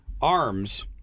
arms